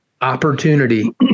opportunity